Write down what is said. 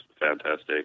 fantastic